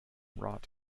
wrought